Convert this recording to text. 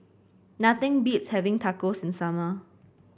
nothing beats having Tacos in the summer